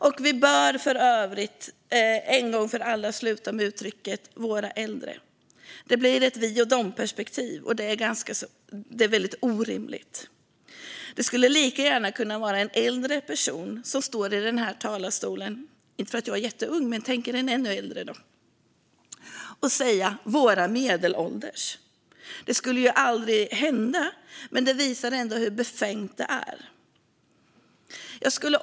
För övrigt bör vi en gång för alla sluta med uttrycket "våra äldre". Det blir ett vi-och-dom-perspektiv som är orimligt. Det kunde lika gärna vara en äldre person - inte för att jag är jätteung, men tänk er en ännu äldre - som stod här i talarstolen och sa "våra medelålders". Det skulle ju aldrig hända, men det visar ändå hur befängt det är. Fru talman!